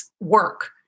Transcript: work